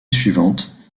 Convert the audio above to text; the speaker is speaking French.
suivante